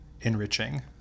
enriching